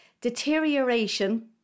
deterioration